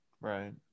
right